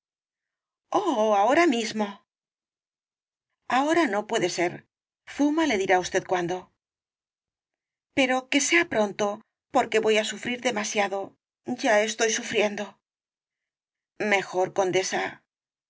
ahora mismo ahora no puede ser zuma le dirá á usted cuándo pero que sea pronto porque voy á sufrir demasiado ya estoy sufriendo mejor condesa